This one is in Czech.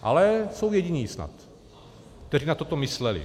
Ale jsou jediní snad, kteří na toto mysleli.